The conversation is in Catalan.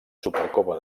supercopa